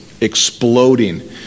exploding